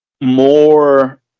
more